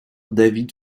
david